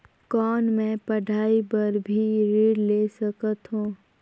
कौन मै पढ़ाई बर भी ऋण ले सकत हो?